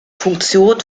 funktion